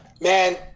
man